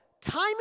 Time